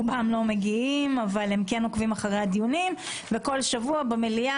רובם לא מגיעים אבל הם כן עוקבים אחרי הדיונים וכל שבוע במליאה,